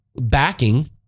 backing